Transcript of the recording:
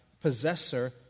possessor